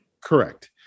correct